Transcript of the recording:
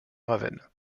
ravenne